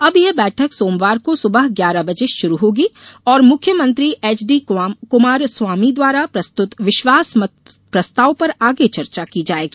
अब ये बैठक सोमवार को सुबह ग्यारह बजे शुरू होगी और मुख्यमंत्री एच डी कुमारस्वामी द्वारा प्रस्तुत विश्वास मत प्रस्ताव पर आगे चर्चा की जाएगी